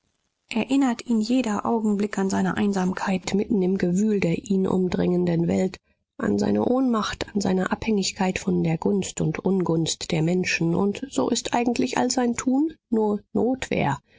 erinnert ihn jeder augenblick an seine einsamkeit mitten im gewühl der ihn umdrängenden welt an seine ohnmacht an seine abhängigkeit von der gunst und ungunst der menschen und so ist eigentlich all sein tun nur notwehr